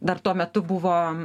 dar tuo metu buvo